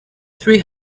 three